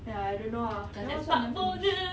ya I don't know ah that [one] also I never finish